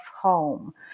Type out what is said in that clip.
home